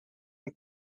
and